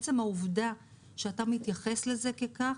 עצם העובדה שאתה מתייחס לזה ככך,